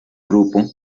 grupo